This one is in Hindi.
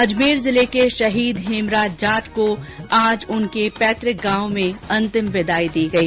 अजमेर जिले के शहीद हेमराज जाट को आज उनके पैतृक गांव में अंतिम विदाई दी गई